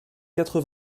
quatre